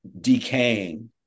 decaying